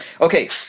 Okay